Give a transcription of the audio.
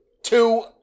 Two